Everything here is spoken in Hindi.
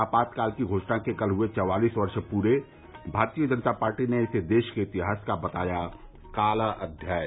आपातकाल की घोषणा के कल हुए चौंवालीस वर्ष पूरे भारतीय जनता पार्टी ने इसे देश के इतिहास का बताया काला अध्याय